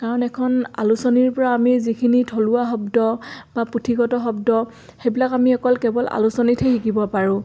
কাৰণ এখন আলোচনীৰ পৰা আমি যিখিনি থলুৱা শব্দ বা পুথিগত শব্দ সেইবিলাক আমি অকল কেৱল আলোচনীতহে শিকিব পাৰোঁ